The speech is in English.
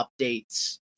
updates